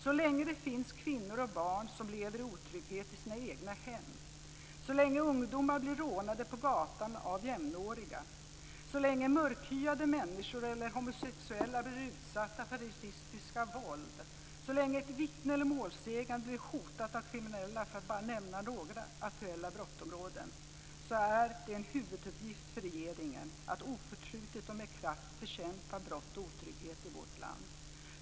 Så länge det finns kvinnor och barn som lever i otrygghet i sina egna hem, så länge ungdomar bli rånade på gatan av jämnåriga, så länge mörkhyade människor eller homosexuella blir utsatta för rasistiskt våld, så länge vittnen och målsägande blir hotade av kriminella - för att bara nämna några aktuella brottsområden - är det en huvuduppgift för regeringen att oförtrutet och med kraft bekämpa brott och otrygghet i vårt land.